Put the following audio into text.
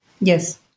Yes